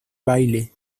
baile